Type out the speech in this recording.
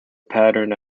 patterned